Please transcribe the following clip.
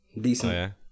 Decent